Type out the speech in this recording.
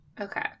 Okay